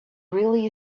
really